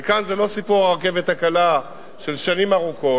וכאן זה לא סיפור הרכבת הקלה, של שנים ארוכות.